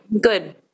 Good